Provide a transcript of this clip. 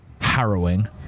harrowing